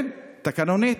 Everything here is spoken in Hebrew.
כן, תקנונית.